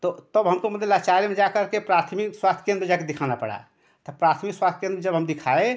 तो तब हमको मतलब लाचारी में जा करके प्राथमिक स्वास्थ्य केन्द्र पर जाकर दिखाना पड़ा तब प्राथमिक स्वास्थ्य केन्द्र पर जब हम दिखाए